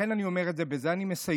אני אומר את זה, ובזה אני מסיים: